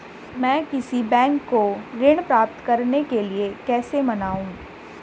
मैं किसी बैंक को ऋण प्राप्त करने के लिए कैसे मनाऊं?